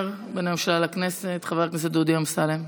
בין הממשלה לכנסת חבר הכנסת דודי אמסלם.